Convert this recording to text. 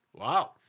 Wow